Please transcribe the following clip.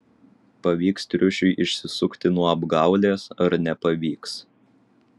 pavyks triušiui išsisukti nuo apgaulės ar nepavyks